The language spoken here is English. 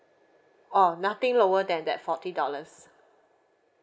orh nothing lower than that forty dollars